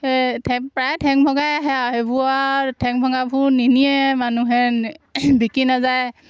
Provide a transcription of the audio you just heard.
প্ৰায়ে ঠেং ভঙাই আহে আৰু সেইবো আৰু ঠেং ভঙাবোৰ নিনিয়ে মানুহে বিক্ৰী নাযায়